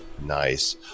Nice